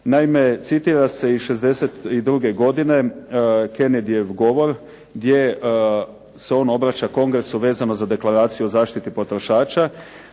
Naime citira se iz '62. godine Kennedyev govor gdje se on obraća Kongresu vezano za Deklaraciju o zaštiti potrošača